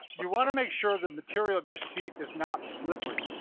you wanna make sure the material of your seat is not slippery.